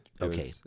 Okay